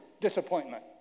disappointment